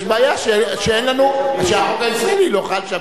יש בעיה שהחוק הישראלי לא חל שם.